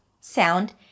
sound